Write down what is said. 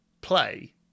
play